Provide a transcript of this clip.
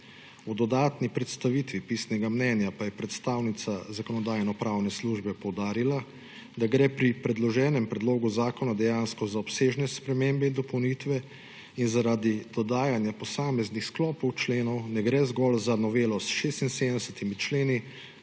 V dodatni predstavitvi pisnega mnenja pa je predstavnica Zakonodajno-pravne službe poudarila, da gre pri predloženem predlogu zakona dejansko za obsežne spremembe in dopolnitve in zaradi dodajanja posameznih sklopov členov ne gre zgolj za novelo s 76 členi,